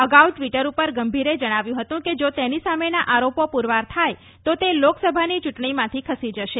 અગાઉ ટ્વીટર પર ગંભીરે જણાવ્યું ફતું કે જા તેની સામેના આરોપો પુરવાર થાય તો તે લોકસભાની ચૂંટણીમાંથી ખસી જશે